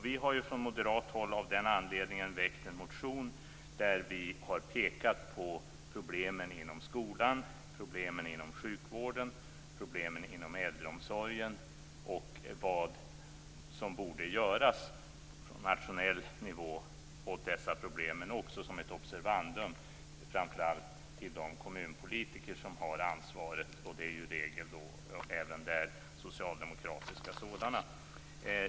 Vi har från moderat håll av den anledningen väckt en motion där vi har pekat på problemen inom skolan, inom sjukvården, inom äldreomsorgen och vad som borde göras på nationell nivå åt dessa problem, men också som ett observandum, framför allt till de kommunpolitiker som har ansvaret. Det är i regel även där socialdemokratiska sådana.